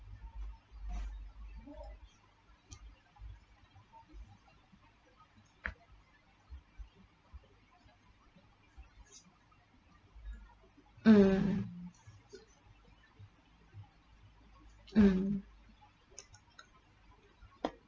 mm mm